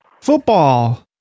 football